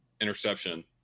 interception